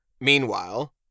meanwhile